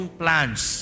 plans